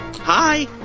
Hi